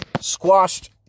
squashed